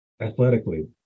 athletically